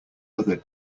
other